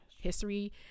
history